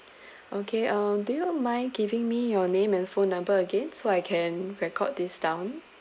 okay um do you mind giving me your name and phone number again so I can record this down